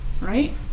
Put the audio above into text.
right